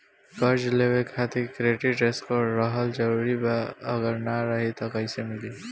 कर्जा लेवे खातिर क्रेडिट स्कोर रहल जरूरी बा अगर ना रही त कैसे मिली?